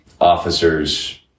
officers